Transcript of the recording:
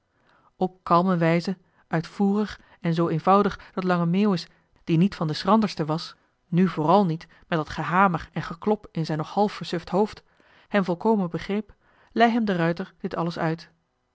op kalme wijze uitvoerig en zoo eenvoudig dat lange meeuwis die niet van de schrandersten was nu vooral niet met dat gehamer en geklop in zijn nog half versuft hoofd hem volkomen begreep lei hem de ruijter dit alles uit